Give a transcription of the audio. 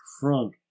front